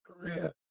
career